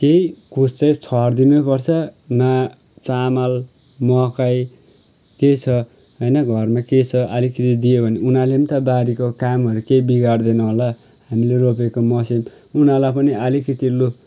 केही कुछ चाहिँ छरिदिनै पर्छ न चामल मकै के छ होइन घरमा के छ अलिकति दियो भने उनीहरूले पनि त बारीको कामहरू केही बिगार्दैन होला हामीले रोपेको मस्याङ उनीहरूलाई पनि अलिकति लु